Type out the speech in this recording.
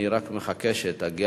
אני רק מחכה שתגיע